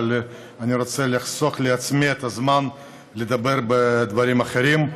אבל אני רוצה לחסוך לעצמי את הזמן ולדבר על דברים אחרים.